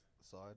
side